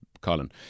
Colin